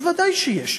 ודאי שיש,